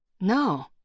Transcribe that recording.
No